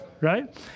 right